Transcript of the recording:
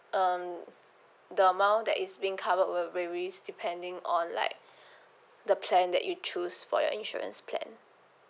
um the amount that is being covered will varies depending on like the plan that you choose for your insurance plan